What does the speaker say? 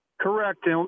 Correct